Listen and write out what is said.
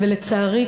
ולצערי,